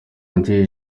gentil